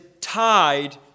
tied